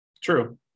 True